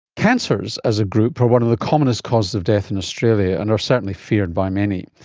cancers as a group are one of the commonest causes of death in australia and are certainly feared by many.